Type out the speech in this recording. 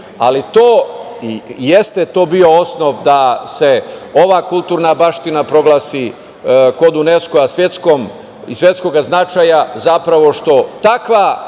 ali jeste to bio osnov da se ova kulturna baština proglasi kod UNESKO-a svetskog značaja zapravo što takvi